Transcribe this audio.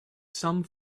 some